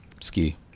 Ski